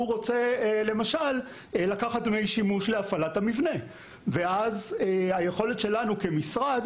רוצה למשל לקחת דמי שימוש להפעלת המבנה ואז היכולת שלנו כמשרד